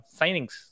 signings